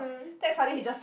that suddenly he just